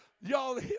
Y'all